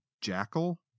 jackal